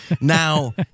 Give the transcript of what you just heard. now